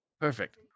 Perfect